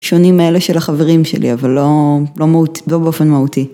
‫שונים מאלה של החברים שלי, ‫אבל לא באופן מהותי.